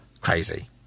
crazy